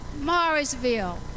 Morrisville